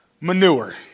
manure